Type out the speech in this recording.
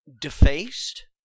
defaced